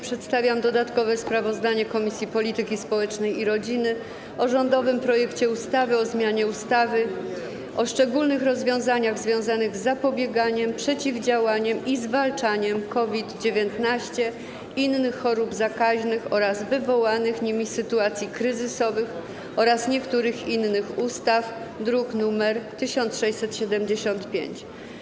Przedstawiam dodatkowe sprawozdanie Komisji Polityki Społecznej i Rodziny o rządowym projekcie ustawy o zmianie ustawy o szczególnych rozwiązaniach związanych z zapobieganiem, przeciwdziałaniem i zwalczaniem COVID-19, innych chorób zakaźnych oraz wywołanych nimi sytuacji kryzysowych oraz niektórych innych ustaw, druk nr 1675.